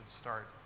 start